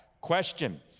Question